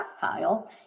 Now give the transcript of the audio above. pile